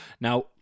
Now